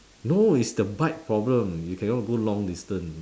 no it's the bike problem you cannot go long distance